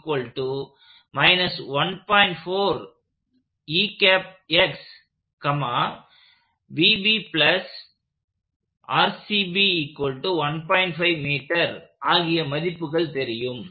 4 ஆகிய மதிப்புகள் தெரியும்